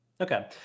Okay